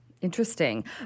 Interesting